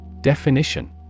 Definition